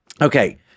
Okay